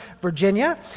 Virginia